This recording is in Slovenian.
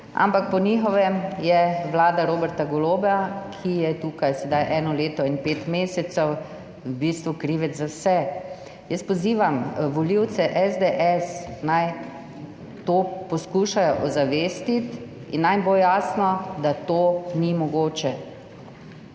Ampak po njihovem je vlada Roberta Goloba, ki je tukaj sedaj eno leto in pet mesecev, v bistvu krivec za vse. Jaz pozivam volivce SDS, naj to poskušajo ozavestiti in naj jim bo jasno, da to ni mogoče,